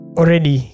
already